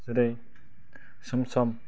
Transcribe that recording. जुदि सम सम